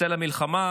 בצל המלחמה,